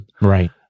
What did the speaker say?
right